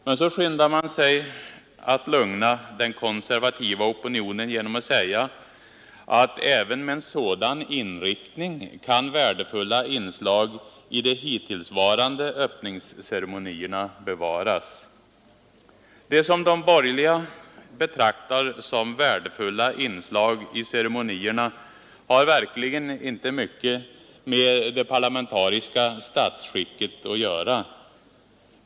Men så skyndar man sig att lugna den konservativa opinionen genom att säga: ”Även med en sådan inriktning kan värdefulla inslag i de hittillsvarande öppningsceremonierna bevaras.” Det som de borgerliga betraktar som ”värdefulla inslag” i ceremonierna har verkligen inte mycket med det parlamentariska statsskicket att göra.